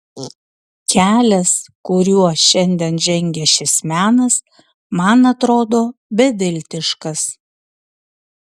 kelias kuriuo šiandien žengia šis menas man atrodo beviltiškas